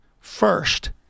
first